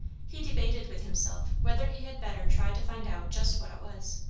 he debated with himself whether he had better try to find out just what it was.